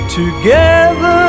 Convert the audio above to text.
together